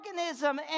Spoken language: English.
organism